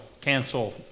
cancel